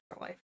life